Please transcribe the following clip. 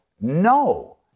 no